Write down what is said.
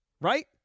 right